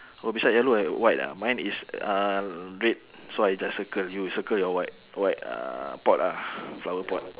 oh beside yellow have white ah mine is uh red so I just circle you circle your white white uh pot ah flower pot